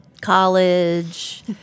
college